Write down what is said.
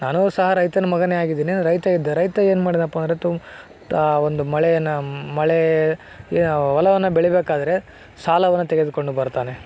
ನಾನು ಸಹ ರೈತನ ಮಗನೆ ಆಗಿದ್ದೀನಿ ರೈತ ಇದ್ದ ರೈತ ಏನು ಮಾಡಿದ್ದಪ್ಪ ಅಂದರೆ ತು ಆ ಒಂದು ಮಳೆಯನ್ನು ಮಳೆಯ ಹೊಲವನ್ನ ಬೆಳಿಬೇಕಾದ್ರೆ ಸಾಲವನ್ನು ತೆಗೆದುಕೊಂಡು ಬರ್ತಾನೆ